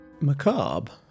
Macabre